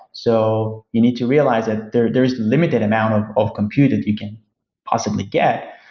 so you need to realize that there there is limited amount of of compute that you can possibly get,